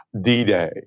D-Day